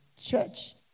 church